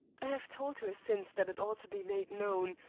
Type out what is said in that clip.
i have told her since that it ought to be made known,